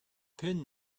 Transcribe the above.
pin